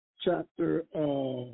chapter